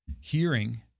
hearing